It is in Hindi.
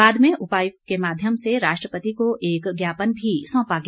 बाद में उपायुक्त के माध्यम से राष्ट्रपति को एक ज्ञापन भी सौंपा गया